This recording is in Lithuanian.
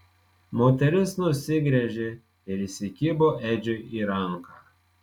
moteris nusigręžė ir įsikibo edžiui į ranką